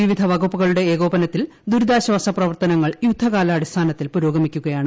വിവിധ വകുപ്പുകളുടെ ഏകോപനത്തിൽ ദുരിതാശ്ചാസ പ്രവർത്തനങ്ങൾ യുദ്ധകാലാടിസ്ഥാനത്തിൽ പുരോഗമിക്കുകയാണ്